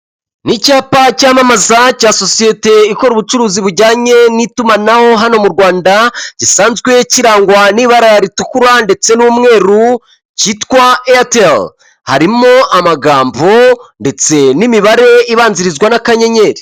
Ni icyapa cyamamaza cya sosiyete ikora ubucuruzi bujyanye n'itumanaho hano mu rwanda gisanzwe kirangwa aha n'ibara ritukura ndetse n'umweru, cyitwa eyateri harimo amagambo ndetse n'imibare ibanzirizwa n'akanyenyeri.